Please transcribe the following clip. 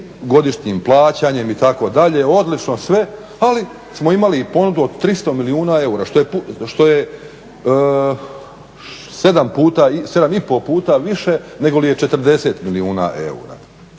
godišnjim plaćanjem itd., odlično sve. Ali smo imali i ponudu od 300 milijuna eura što je 7 i pol puta više nego li je 40 milijuna eura.